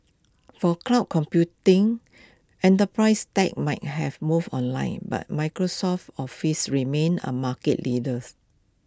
for cloud computing enterprise tech might have moved online but Microsoft's office remains A market leaders